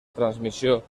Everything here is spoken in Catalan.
transmissió